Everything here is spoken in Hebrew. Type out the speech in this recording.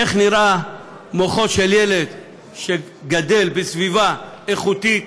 איך נראה מוחו של ילד שגדל בסביבה איכותית,